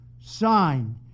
sign